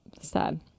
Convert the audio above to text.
sad